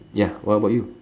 ya what about you